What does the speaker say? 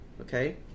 Okay